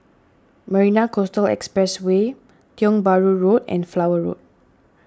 Marina Coastal Expressway Tiong Bahru Road and Flower Road